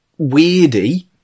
weirdy